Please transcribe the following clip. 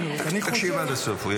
תקשיב עד הסוף, הוא יגיד.